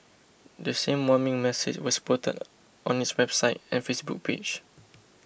the same warning message was posted on its website and Facebook page